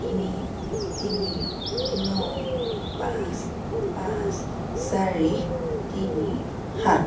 তিনি তিনি ন পাঁচ পাঁচ চাৰি তিনি সাত